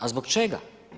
A zbog čega?